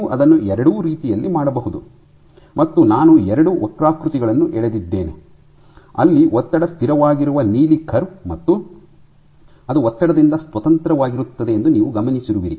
ನೀವು ಅದನ್ನು ಎರಡೂ ರೀತಿಯಲ್ಲಿ ಮಾಡಬಹುದು ಮತ್ತು ನಾನು ಎರಡು ವಕ್ರಾಕೃತಿಗಳನ್ನು ಎಳೆದಿದ್ದೇನೆ ಅಲ್ಲಿ ಒತ್ತಡ ಸ್ಥಿರವಾಗಿರುವ ನೀಲಿ ಕರ್ವ್ ಮತ್ತು ಅದು ಒತ್ತಡದಿಂದ ಸ್ವತಂತ್ರವಾಗಿರುತ್ತದೆ ಎಂದು ನೀವು ಗಮನಿಸುವಿರಿ